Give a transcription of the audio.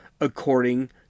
according